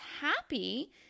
happy